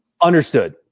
Understood